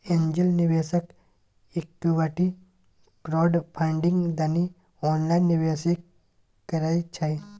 angel निवेशक equity crowdfunding दनी online निवेशो करइ छइ